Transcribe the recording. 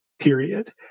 period